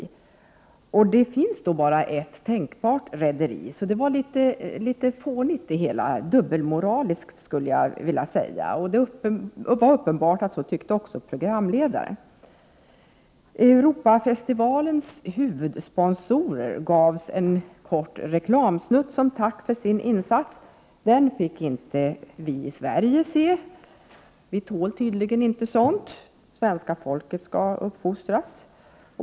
Eftersom det finns bara ett rederi som kan tänkas, var det hela litet fånigt, dubbelmoraliskt skulle jag vilja säga. Uppenbarligen tyckte programledaren detsamma. Europafestivalens huvudsponsorer gavs en kort reklamsnutt som tack för sin insats. Den fick inte vi i Sverige se. Vi tål tydligen inte sådant. Svenska folket skall uppfostras.